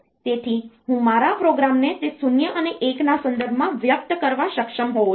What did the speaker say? તેથી હું મારા પ્રોગ્રામને તે શૂન્ય અને એકના સંદર્ભમાં વ્યક્ત કરવા સક્ષમ હોવો જોઈએ